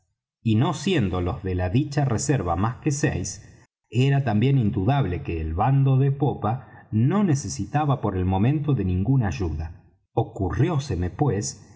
y no siendo los de la dicha reserva más que seis era también indudable que el bando de popa no necesitaba por el momento de ninguna ayuda ocurrióseme pues